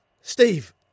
Steve